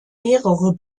mehrere